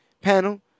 panel